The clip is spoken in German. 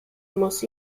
muss